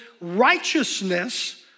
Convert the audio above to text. righteousness